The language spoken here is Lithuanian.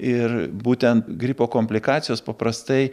ir būtent gripo komplikacijos paprastai